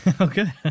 Okay